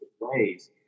ways